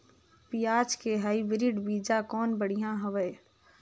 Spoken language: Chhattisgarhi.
पियाज के हाईब्रिड बीजा कौन बढ़िया हवय?